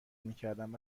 میکردند